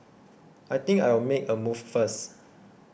I think I'll make a move first